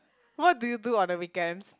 what do you do on the weekends